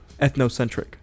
ethnocentric